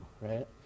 right